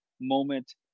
moment